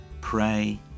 pray